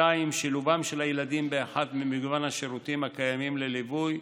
2. שילובם של הילדים באחד ממגוון השירותים הקיימים לליווי,